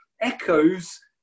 echoes